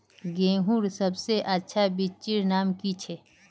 गेहूँर सबसे अच्छा बिच्चीर नाम की छे?